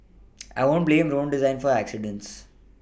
I wouldn't blame road design for accidents